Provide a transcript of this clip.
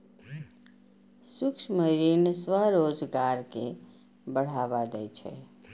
सूक्ष्म ऋण स्वरोजगार कें बढ़ावा दै छै